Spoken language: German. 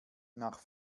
nach